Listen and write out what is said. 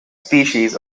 species